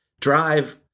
drive